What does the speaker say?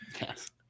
Yes